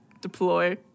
deploy